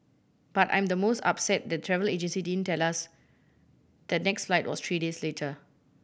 but I'm the most upset the travel agency didn't tell us the next flight was three days later